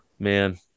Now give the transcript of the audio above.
Man